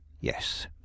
Yes